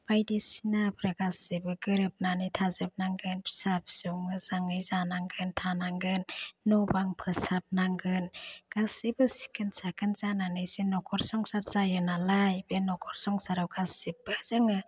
बायदिसिनाफ्रा गासिबो गोरोबनानै थाजोबनांगोन फिसा फिसौ मोजाङै जानांगोन थानांगोन न' बां फोसाबनांगोन गासिबो सिखोन साखोन जानानैसो नखर संसार जायो नालाय बे नखर संसाराव गासिबो जोङो